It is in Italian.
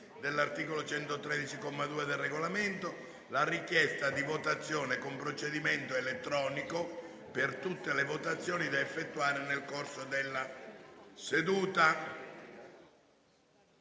dell'articolo 113, comma 2, del Regolamento, la richiesta di votazione con procedimento elettronico per tutte le votazioni da effettuare nel corso della seduta.